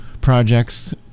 projects